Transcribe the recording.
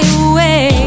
away